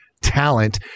talent